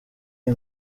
iyi